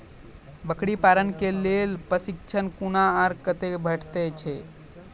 बकरी पालन के लेल प्रशिक्षण कूना आर कते भेटैत छै?